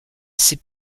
c’est